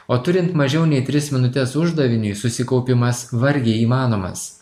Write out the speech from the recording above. o turint mažiau nei tris minutes uždaviniui susikaupimas vargiai įmanomas